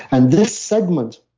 and this segment,